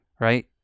right